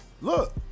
Look